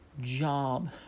job